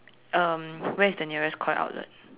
um where is the nearest Koi outlet